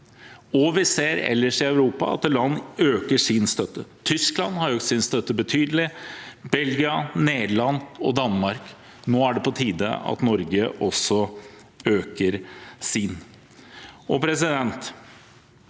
at land ellers i Europa øker sin støtte. Tyskland har økt sin støtte betydelig, også Belgia, Nederland og Danmark. Nå er det på tide at Norge også øker sin.